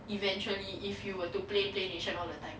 eventually if you were to play play nation all the time